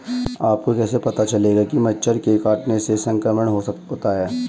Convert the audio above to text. आपको कैसे पता चलेगा कि मच्छर के काटने से संक्रमण होता है?